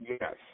Yes